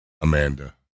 Amanda